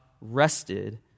rested